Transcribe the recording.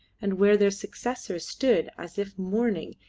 and where their successors stood as if mourning,